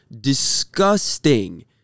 disgusting